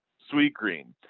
sweet green,